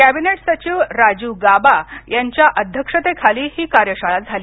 cabinet सचिव राजीव गाबा यांच्या अध्यक्षतेखाली ही कार्यशाळा झाली